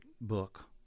book